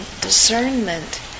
discernment